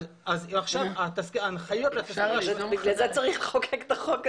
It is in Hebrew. בגלל זה צריך לחוקק את החוק הזה.